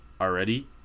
already